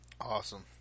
Awesome